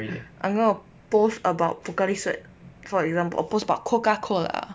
I'm going to post about Pocari 水 for example post about Coca-Cola